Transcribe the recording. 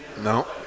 No